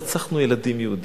רצחנו ילדים יהודים.